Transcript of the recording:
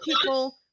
people